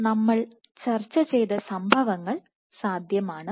നമ്മൾ ചർച്ച ചെയ്ത സംഭവങ്ങൾ സാധ്യമാണ്